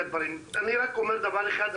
אני רק אומר דבר אחד,